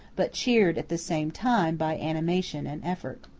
but cheered at the same time by animation and effort.